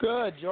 Good